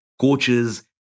coaches